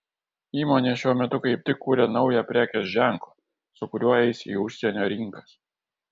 įmonė šiuo metu kaip tik kuria naują prekės ženklą su kuriuo eis į užsienio rinkas